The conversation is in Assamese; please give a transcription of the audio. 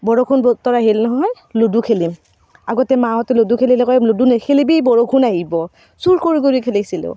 বৰষুণ বতৰ আহিল নহয় লুডু খেলিম আগতে মাহঁতে লুডু খেলিলে কয় লুডু নেখেলিবি বৰষুণ আহিব চুৰ কৰি কৰি খেলিছিলোঁ